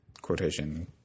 quotation